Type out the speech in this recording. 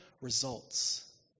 results